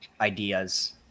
ideas